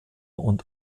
und